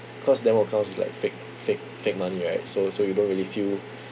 cause demo accounts is like fake fake fake money right so so you don't really feel